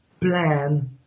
plan